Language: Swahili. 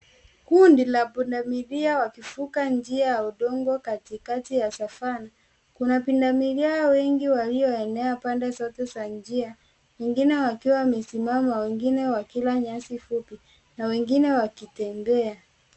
Kunda la punda milia wakivuka njia ya udongo katikati ya Savannah. Kuna punda milia wengi walioenea pande zote za njia wengine wakiwa wamesimama, wengine wakila nyasi fupi, na wengine wakitembea.